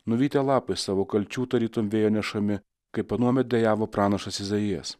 nuvytę lapai savo kalčių tarytum vėjo nešami kaip anuomet dejavo pranašas izaijas